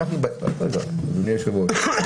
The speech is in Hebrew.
אדוני יושב הראש,